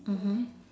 mmhmm